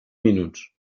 minuts